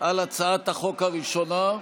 על הצעת החוק הראשונה.